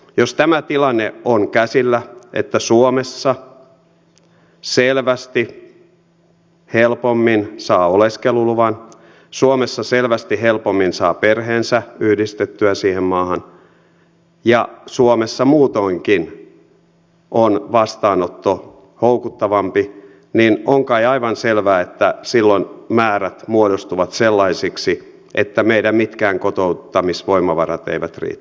jos tämä tilanne on käsillä että suomessa selvästi helpommin saa oleskeluluvan suomessa selvästi helpommin saa perheensä yhdistettyä siihen maahan ja suomessa muutoinkin on vastaanotto houkuttavampi niin on kai aivan selvää että silloin määrät muodostuvat sellaisiksi että meidän mitkään kotouttamisvoimavarat eivät riitä